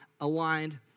aligned